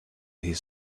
his